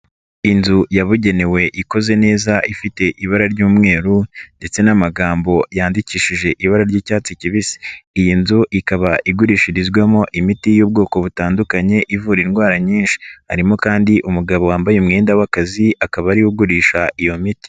Inzu yabugenewe ikoze neza ifite ibara ry'umweru ndetse n'amagambo yandikishije ibara ry'icyatsi kibisi. Iyi nzu ikaba igurishirizwamo imiti y'ubwoko butandukanye ivura indwara nyinshi. Harimo kandi umugabo wambaye umwenda w'akazi, akaba ari we ugurisha iyo miti.